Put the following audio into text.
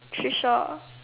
Tricia